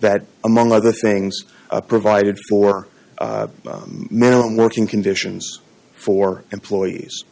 that among other things provided for working conditions for employees